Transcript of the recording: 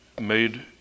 made